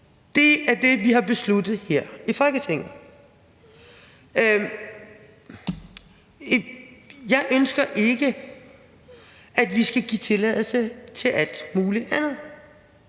Det er det, som vi har besluttet her i Folketinget. Jeg ønsker ikke, at vi skal give tilladelse til alt muligt andet,